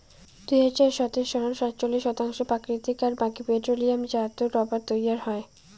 দুই হাজার সতের সনত সাতচল্লিশ শতাংশ প্রাকৃতিক আর বাকি পেট্রোলিয়ামজাত রবার তৈয়ার হয়